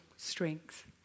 Strength